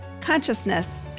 consciousness